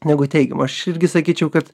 negu teigiamų aš irgi sakyčiau kad